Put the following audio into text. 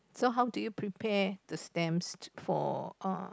so how do you prepare the stamps for uh